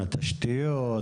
התשתיות,